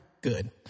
Good